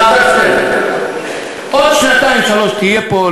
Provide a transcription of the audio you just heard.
עוד שנתיים-שלוש תהיה פה,